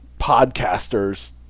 podcasters